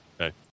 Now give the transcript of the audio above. Okay